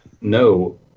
No